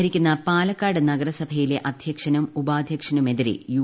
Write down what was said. ഭരിക്കുന്ന പാലക്കാട് നഗരസഭയിലെ അധ്യക്ഷനും ഉപാധ്യക്ഷനുമെതിരെ യു